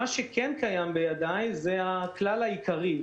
מה שכן קיים בידיי זה הכלל העיקרי,